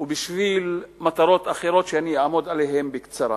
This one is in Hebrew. ובשביל מטרות אחרות, שאני אעמוד עליהן בקצרה.